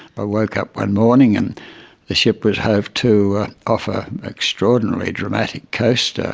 i woke up one morning and the ship was hove to off an extraordinarily dramatic coast. ah